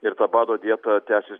ir ta bado dieta tęsis